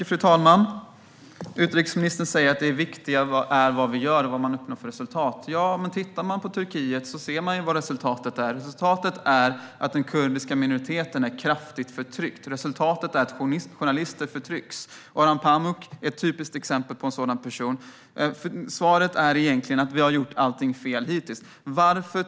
Fru talman! Utrikesministern säger att det viktiga är vad vi gör och vad vi uppnår för resultat. Tittar man på Turkiet ser man ju vad resultatet är. Resultatet är att den kurdiska minoriteten är kraftigt förtryckt och att journalister förtrycks. Orhan Pamuk är ett typiskt exempel på en sådan person. Svaret är egentligen att vi har gjort allt fel hittills.